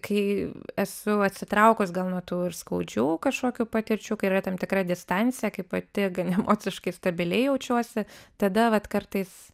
kai esu atsitraukus gal nuo tų ir skaudžių kažkokių patirčių kai yra tam tikra distancija kai pati gan emociškai stabiliai jaučiuosi tada vat kartais